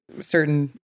certain